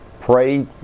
pray